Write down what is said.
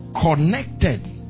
connected